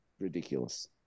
Ridiculous